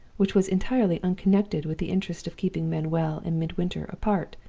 which was entirely unconnected with the interest of keeping manuel and midwinter apart.